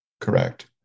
correct